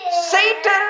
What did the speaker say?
Satan